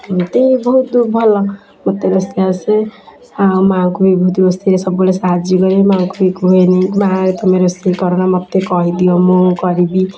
ଏମିତି ବହୁତ ଭଲ ମୋତେ ରୋଷେଇ ଆସେ ଆଉ ମାଆଙ୍କୁ ବି ବହୁତ ରୋଷେଇରେ ସବୁବେଳେ ସାହାଯ୍ୟ କରେ ମାଆଙ୍କୁ ବି କୁହେନି ମାଆ ତମେ ରୋଷେଇ କରନା ମୋତେ କହିଦିଅ ମୁଁ କରିବି